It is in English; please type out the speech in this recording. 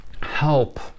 help